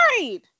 married